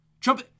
Trump